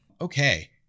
Okay